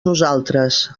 nosaltres